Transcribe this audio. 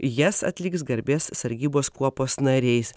jas atliks garbės sargybos kuopos nariais